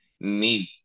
need